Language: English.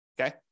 okay